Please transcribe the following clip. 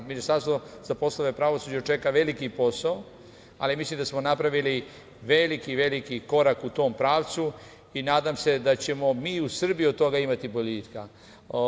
Ministarstvo za poslove pravosuđa čeka veliki posao, ali mislim da smo napravili veliki, veliki korak u tom pravcu i nadam se da ćemo mi u Srbiji od toga imati boljitka.